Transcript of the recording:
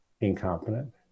incompetent